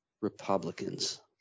Republicans